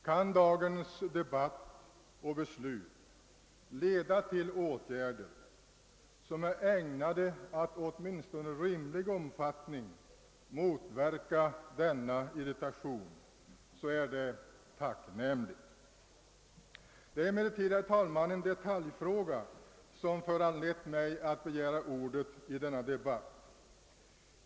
Kan dagens debatt och beslut leda till åtgärder som är ägnade att åtminstone i rimlig omfattning motverka denna irritation är det tacknämligt. Det är emellertid, herr talman, en detaljfråga som föranlett mig att begära ordet i denna debatt.